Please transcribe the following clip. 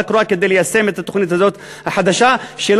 הקרואה כדי ליישם את התוכנית החדשה הזאת,